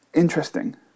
Interesting